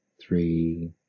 three